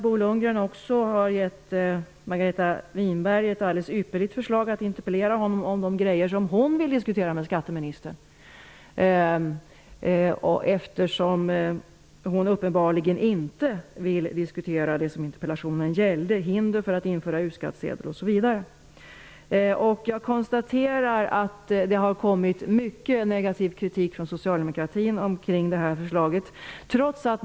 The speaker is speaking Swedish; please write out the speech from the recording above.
Bo Lundgren har gett Margareta Winberg ett alldeles ypperligt förslag att interpellera honom om de saker som hon vill diskutera med skatteministern, eftersom Margareta Winberg uppenbarligen inte vill diskutera det som interpellationen gällde, nämligen hinder för att införa U-skattsedel. Jag konstaterar att det har kommit mycket negativ kritik från socialdemokratin av det här förslaget.